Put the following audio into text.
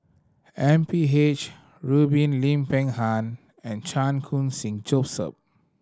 M P H Rubin Lim Peng Han and Chan Khun Sing Joseph